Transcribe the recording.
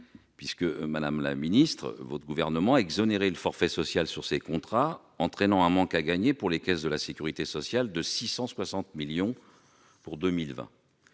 puisque le Gouvernement a exonéré le forfait social sur ces contrats, entraînant un manque à gagner pour les caisses de la sécurité sociale de 660 millions d'euros pour 2020.